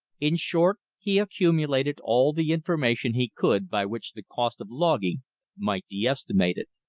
in short, he accumulated all the information he could by which the cost of logging might be estimated.